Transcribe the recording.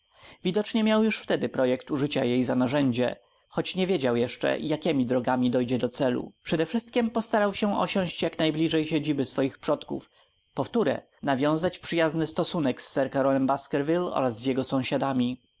widocznie miał już wtedy projekt użycia jej za narzędzie choć nie wiedział jeszcze jakiemi drogami dojdzie do celu przedewszystkiem postarał się osiąść jaknajbliżej siedziby swych przodków powtóre nawiązać przyjazny stosunek z sir karolem baskerville oraz z jego sąsiadami